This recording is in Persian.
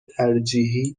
ترجیحی